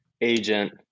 agent